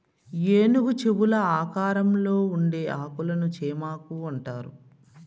ఏనుగు చెవుల ఆకారంలో ఉండే ఆకులను చేమాకు అంటారు